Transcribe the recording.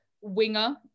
Winger